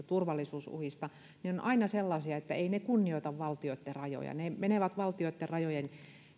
turvallisuusuhista niin ne ovat aina sellaisia että eivät ne kunnioita valtioitten rajoja ne menevät valtioitten rajojen